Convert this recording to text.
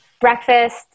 breakfast